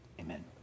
Amen